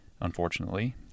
Unfortunately